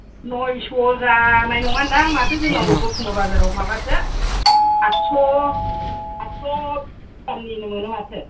नयस' जानाय नङादां माथो जोंनाव दतमा बाजाराव माबासो आदस' आदस' खमनिनो मोनो माथो